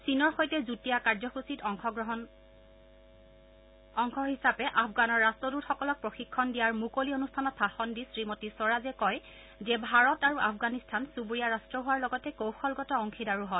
চীনৰ সৈতে যুটীয়া কাৰ্যসূচীৰ অংশ হিচাপে আফগানৰ ৰট্টদূতসকলক প্ৰশিক্ষণ দিয়াৰ মুকলি অনুষ্ঠানত ভাষণ দি শ্ৰীমতী স্বৰাজে কয় যে ভাৰত আৰু আফগানিস্তান চুবুৰীয়া ৰাট্ট হোৱাৰ লগতে কৌশলগত অংশীদাৰো হয়